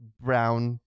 brown